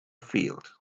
field